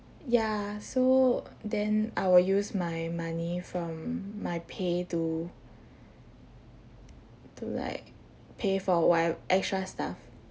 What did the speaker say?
ya so then I will use my money from my pay to to like pay for whatev~ extra stuff